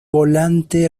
volante